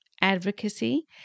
advocacy